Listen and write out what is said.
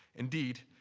indeed,